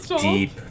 deep